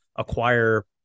acquire